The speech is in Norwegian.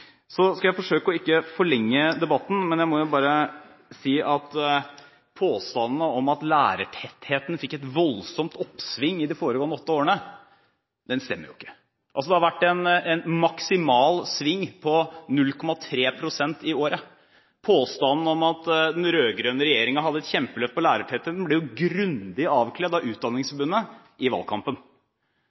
Så skal jeg forsøke ikke å forlenge debatten, men jeg må bare si at påstandene om at lærertettheten fikk et voldsomt oppsving i de foregående åtte årene, ikke stemmer. Det har vært en maksimal sving på 0,3 prosentpoeng i året. Påstanden om at den rød-grønne regjeringen hadde et kjempeløft på lærertettheten, ble jo grundig avkledd av Utdanningsforbundet i valgkampen